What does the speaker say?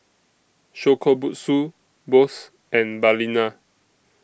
Shokubutsu Bose and Balina